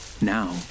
Now